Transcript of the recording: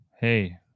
Hey